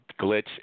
glitch